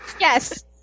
Yes